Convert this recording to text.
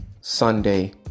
Sunday